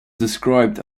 described